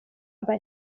aber